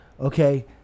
okay